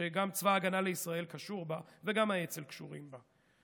שגם צבא ההגנה לישראל קשור בה וגם האצ"ל קשור בה.